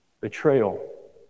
betrayal